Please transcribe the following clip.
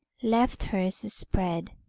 left hers spread.